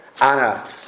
Anna